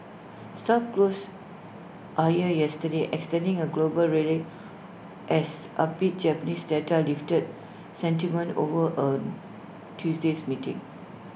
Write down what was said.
stocks closed higher yesterday extending A global rally as upbeat Japanese data lifted sentiment over on Tuesday's meeting